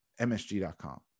MSG.com